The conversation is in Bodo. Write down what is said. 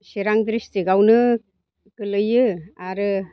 चिरां डिसट्रिक्टआवनो गोलैयो आरो